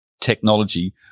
technology